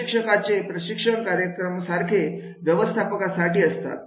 प्रशिक्षकांचे प्रशिक्षण यासारखे कार्यक्रम व्यवस्थापका साठी असतात